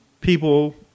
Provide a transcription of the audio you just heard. people